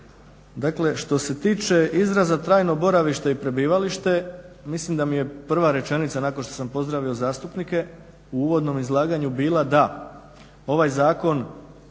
Dakle, što se tiče izraza trajno boravište i prebivalište mislim da mi je prva rečenica nakon što sam pozdravio zastupnike u uvodnom izlaganju bila da ovaj zakon